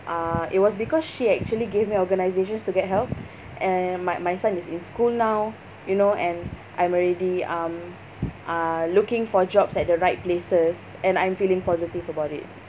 uh it was because she actually gave me organisations to get help and my my son is in school now you know and I'm already um uh looking for jobs at the right places and I'm feeling positive about it